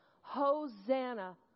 Hosanna